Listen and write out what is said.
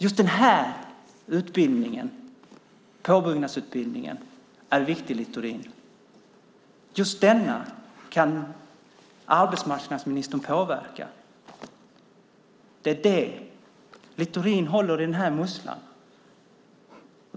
Just den här påbyggnadsutbildningen är viktig, Littorin. Just den kan arbetsmarknadsministern påverka. Littorin håller i musslan.